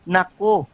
Nako